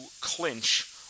clinch